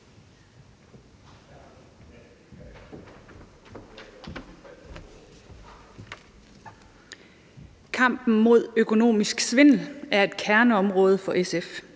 Kampen mod økonomisk svindel er et kerneområde for SF.